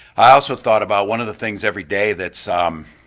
i also thought about one of the things every day that's um